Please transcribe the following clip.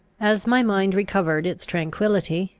as my mind recovered its tranquillity,